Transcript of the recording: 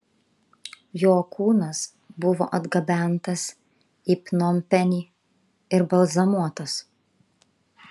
jo kūnas buvo atgabentas į pnompenį ir balzamuotas